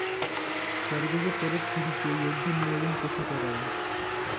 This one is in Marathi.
कर्जाच्या परतफेडीचे योग्य नियोजन कसे करावे?